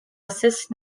assess